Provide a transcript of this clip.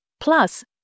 Plus